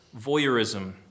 voyeurism